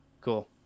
Cool